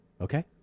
Okay